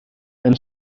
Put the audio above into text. and